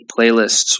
playlists